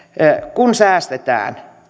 kun säästetään